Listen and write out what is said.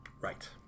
Right